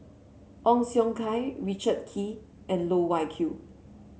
Ong Siong Kai Richard Kee and Loh Wai Kiew